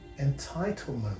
Entitlement